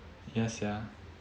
ya sia